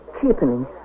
cheapening